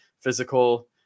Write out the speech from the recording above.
physical